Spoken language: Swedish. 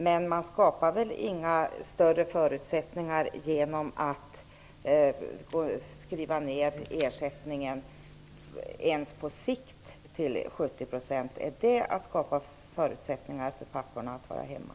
Men det skapas väl inga större förutsättningar genom att sänka ersättningsnivåerna ens på sikt till 70 %? Är det att skapa förutsättningar för papporna att vara hemma?